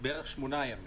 בערך שמונה ימים.